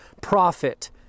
Profit